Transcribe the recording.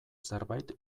zerbait